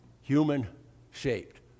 human-shaped